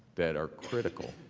that are critical.